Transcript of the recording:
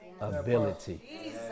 ability